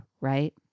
right